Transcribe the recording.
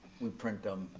we print them,